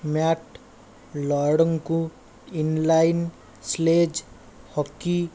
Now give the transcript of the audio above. mat ଲୟଡଙ୍କୁ inline sledge hockey